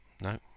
no